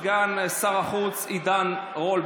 סגן שר החוץ עידן רול,